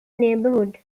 neighborhood